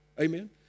Amen